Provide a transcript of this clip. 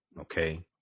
Okay